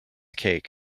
cake